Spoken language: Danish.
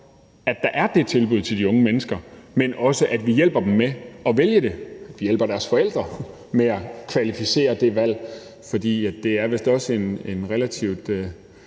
at der er det tilbud til de unge mennesker, men også at vi hjælper dem med at vælge det, og at vi hjælper deres forældre med at kvalificere det valg; for det er vist også en relativt